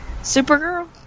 Supergirl